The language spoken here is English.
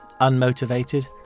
unmotivated